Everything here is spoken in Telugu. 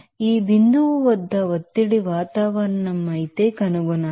ఈ పాయింట్ వద్ద ప్రెషర్ వాతావరణం అయితే కనుగొనాలి